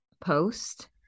post